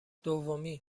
دومی